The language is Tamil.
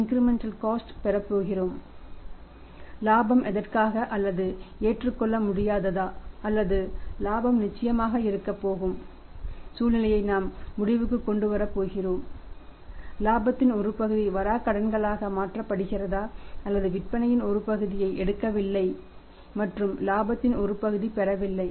இலாபம் ஏற்கத்தக்கதா அல்லது ஏற்றுக்கொள்ள முடியாததா அல்லது இலாபம் நிச்சயமாக இருக்கப் போகும் சூழ்நிலையை நாம் முடிவுக்குக் கொண்டு வரப் போகிறோம் இலாபத்தின் ஒரு பகுதி வராகடன்களாக மாற்றப்படுகிறதா அல்லது விற்பனையின் ஒரு பகுதியை எடுக்கவில்லை மற்றும் இலாபத்தின் ஒரு பகுதி பெறவில்லை